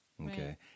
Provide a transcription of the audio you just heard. okay